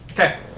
Okay